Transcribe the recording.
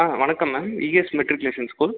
ஆ வணக்கம் ma'am ES matriculation school